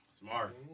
Smart